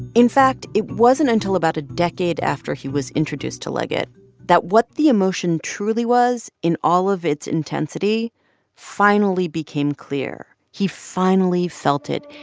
in fact, it wasn't until about a decade after he was introduced to liget that what the emotion truly was in all of its intensity finally became clear. he finally felt it.